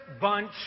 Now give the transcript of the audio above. Bunch